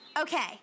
okay